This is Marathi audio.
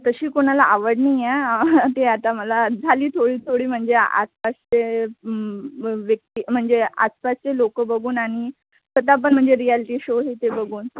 तशी कोणाला आवड नाही आहे ते आता मला झाली थोडी थोडी म्हणजे आसपासचे व्यक्ती म्हणजे आसपासचे लोकं बघून आणि स्वतः पण म्हणजे रियालिटी शो हे ते बघून